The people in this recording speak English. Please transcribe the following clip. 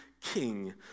king